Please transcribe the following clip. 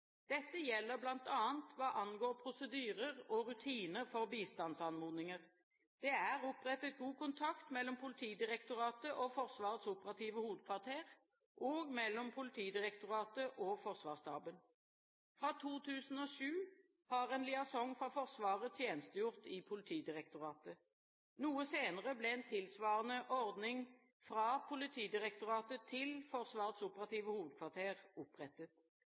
Dette gjelder bl.a. hva angår prosedyrer og rutiner for bistandsanmodninger. Det er opprettet god kontakt mellom Politidirektoratet og Forsvarets operative hovedkvarter og mellom Politidirektoratet og Forsvarsstaben. Fra 2007 har en liaison fra Forsvaret tjenestegjort i Politidirektoratet. Noe senere ble en tilsvarende ordning fra Politidirektoratet til Forsvarets operative hovedkvarter opprettet.